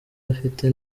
afite